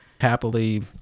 happily